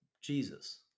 Jesus